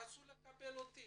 רצו לקבל אותי